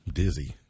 dizzy